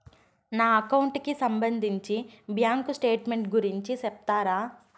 నా అకౌంట్ కి సంబంధించి బ్యాంకు స్టేట్మెంట్ గురించి సెప్తారా